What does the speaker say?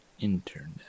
internet